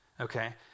Okay